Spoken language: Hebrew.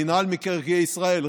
מינהל מקרקעי ישראל,